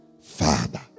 Father